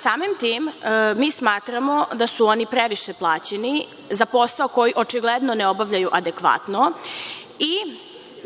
Samim tim, mi smatramo da su oni previše plaćeni za posao koji očigledno ne obavljaju adekvatno i